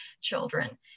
children